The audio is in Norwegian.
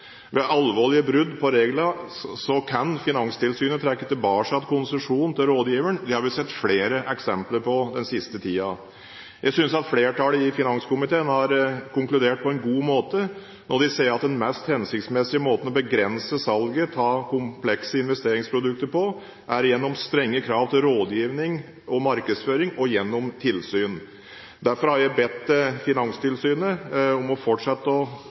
Ved alvorlige brudd på reglene kan Finanstilsynet trekke tilbake konsesjonen til rådgiveren. Det har vi sett flere eksempler på den siste tiden. Jeg synes flertallet i finanskomiteen har konkludert på en god måte når de sier at den mest hensiktsmessige måten å begrense salget av komplekse investeringsprodukter på, er gjennom strenge krav til rådgivning og markedsføring og gjennom tilsyn. Derfor har jeg bedt Finanstilsynet fortsette å